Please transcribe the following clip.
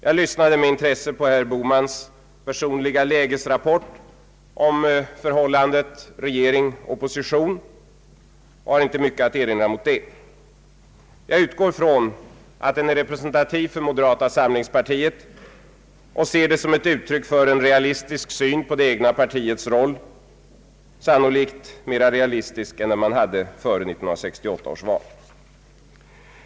Jag lyssnade med intresse på herr Bohmans personliga lägesrapport om förhållandet regering—opposition och har inte mycket att erinra däremot. Jag utgår ifrån att den är representativ för moderata samlingspartiet och ser den som ett uttryck för en realistisk syn på det egna partiets roll, sannolikt mera realistisk än den man hade före 1968 års val.